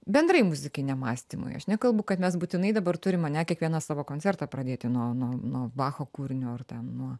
bendrai muzikiniam mąstymui aš nekalbu kad mes būtinai dabar turim ane kiekvienas savo koncertą pradėti nuo nuo nuo bacho kūrinio ar ten nuo